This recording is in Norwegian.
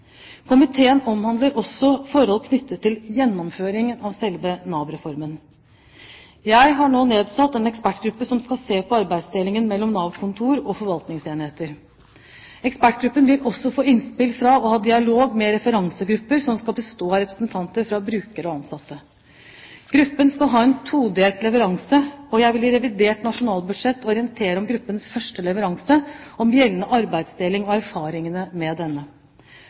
Komiteen omtaler også forhold knyttet til gjennomføringen av selve Nav-reformen. Jeg har nå nedsatt en ekspertgruppe som skal se på arbeidsdelingen mellom Nav-kontor og forvaltningsenheter. Ekspertgruppen vil også få innspill fra og ha dialog med en referansegruppe som skal bestå av representanter for brukere og ansatte. Gruppen skal ha en todelt leveranse. Jeg vil i revidert nasjonalbudsjett orientere om gruppens første leveranse om gjeldende arbeidsdeling og erfaringene med denne.